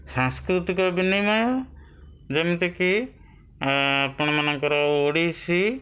ସାଂସ୍କୃତିକ ବିନିମୟ ଯେମିତିକି ଆପଣମାନଙ୍କର ଓଡ଼ିଶୀ